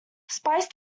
spicy